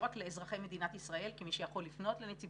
לא רק לאזרחי מדינת ישראל כי מי שיכול לפנות לנציבות